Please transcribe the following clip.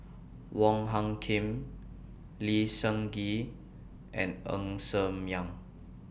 Wong Hung Khim Lee Seng Gee and Ng Ser Miang